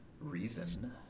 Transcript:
reason